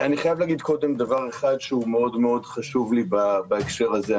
אני חייב להגיד קודם דבר אחד שהוא מאוד מאוד חשוב לי בהקשר הזה.